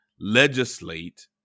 legislate